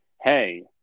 Hey